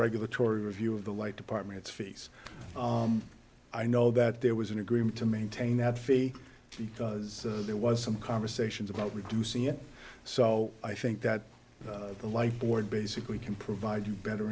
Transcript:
regulatory review of the light department's fees i know that there was an agreement to maintain that fee because there was some conversations about reducing it so i think that the light board basically can provide you better